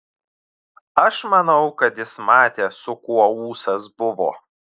aš manau kad jis matė su kuo ūsas buvo